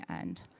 end